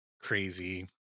crazy